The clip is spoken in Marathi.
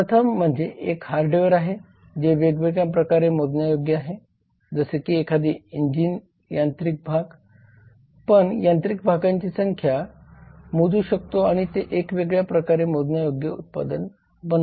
प्रथम म्हणजे हे एक हार्डवेअर आहे जे वेगळ्या प्रकारे मोजण्यायोग्य आहे जसे की एखादे इंजिन यांत्रिकी भाग पण यांत्रिक भागांची संख्या मोजू शकतो आणि ते एक वेगळ्या प्रकारे मोजण्यायोग्य उत्पादन बनते